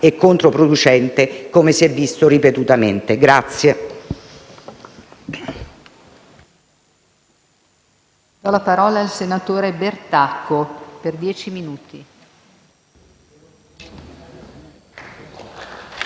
e controproducente, come si è visto ripetutamente.